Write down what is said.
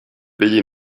payer